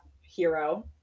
hero